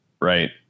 right